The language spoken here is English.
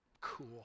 cool